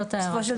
זאת ההערה של